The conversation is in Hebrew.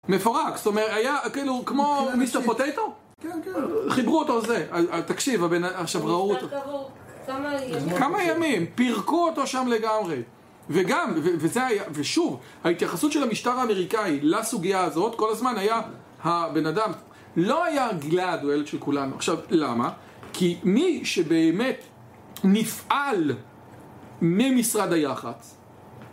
מפורק, זאת אומרת, היה כאילו כמו מיסטר פוטטו? כן, כן. חיברו אותו לזה. תקשיב, עכשיו ראו אותו. כמה ימים. כמה ימים. פירקו אותו שם לגמרי. וגם, ושוב, ההתייחסות של המשטר האמריקאי לסוגיה הזאת, כל הזמן היה, הבן אדם לא היה גלדוול של כולנו. עכשיו, למה? כי מי שבאמת נפעל ממשרד היחץ,